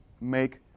make